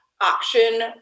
option